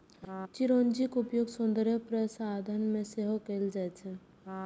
चिरौंजीक उपयोग सौंदर्य प्रसाधन मे सेहो कैल जाइ छै